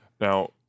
Now